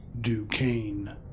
Duquesne